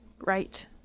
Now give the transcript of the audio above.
right